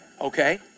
Okay